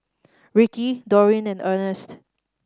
Ricky Dorine and Earnest